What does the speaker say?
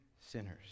sinners